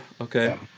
Okay